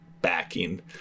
backing